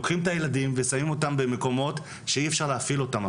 שמים את הילדים במקומות בהם אי אפשר אפילו להפעיל אותם.